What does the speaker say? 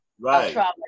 Right